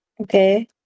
okay